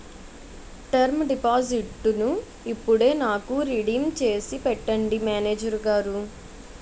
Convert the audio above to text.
term డిపాజిట్టును ఇప్పుడే నాకు రిడీమ్ చేసి పెట్టండి మేనేజరు గారు